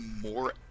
more